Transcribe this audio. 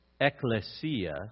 ecclesia